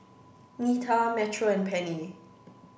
Nita Metro and Penni